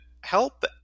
help